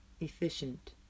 efficient